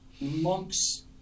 Monks